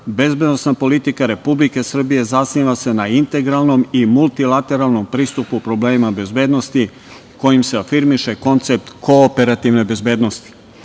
bezbednosna politika Republike Srbije zasniva se na integralnom i multilateralnom pristupu problemima bezbednosti kojim se afirmiše koncept kooperativne bezbednosti“.Posebna